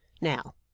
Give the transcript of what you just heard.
Now